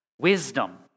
Wisdom